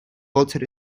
bolted